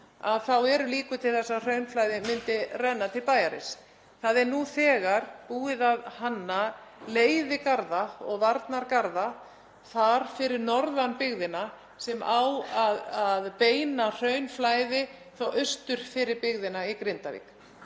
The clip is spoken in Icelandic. þá eru líkur til þess að hraun myndi renna til bæjarins. Nú þegar er búið að hanna leiðigarða og varnargarða þar fyrir norðan byggðina sem eiga að beina hraunflæði austur fyrir byggðina í Grindavík.